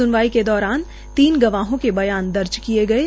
सुनवाई के दौरान तीनों गवाहों के बयान दर्ज किये गये